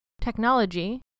technology